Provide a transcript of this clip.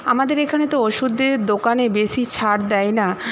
আমাদের এখানে তো ওষুধের দোকানে বেশি ছাড় দেয় না